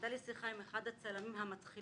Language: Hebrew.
הייתה לי שיחה עם אחד הצלמים המתחילים,